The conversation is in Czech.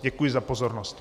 Děkuji za pozornost.